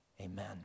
Amen